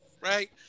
right